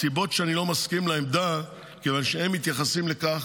הסיבות שאני לא מסכים לעמדה הן כיוון שהם מתייחסים לכך,